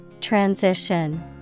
Transition